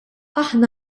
aħna